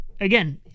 Again